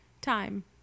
time